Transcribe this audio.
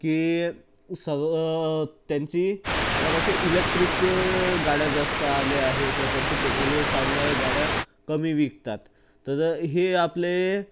की सर्व त्यांची आता कशी इलेक्ट्रिक गाड्या जास्त आल्या आहेत तर त्यांच्या पेट्रोलवर चालणाऱ्या गाड्या कमी विकतात तर हे आपले